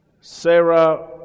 Sarah